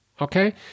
Okay